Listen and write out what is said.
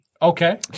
Okay